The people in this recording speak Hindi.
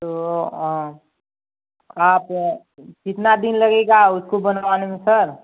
तो आप कितना दिन लगेगा उसको बनवाने में सर